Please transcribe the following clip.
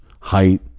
height